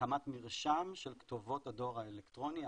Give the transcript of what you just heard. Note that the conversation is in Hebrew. הקמת מרשם של כתובות הדואר האלקטרוני,